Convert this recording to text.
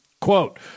Quote